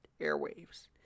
airwaves